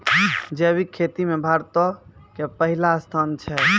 जैविक खेती मे भारतो के पहिला स्थान छै